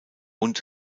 und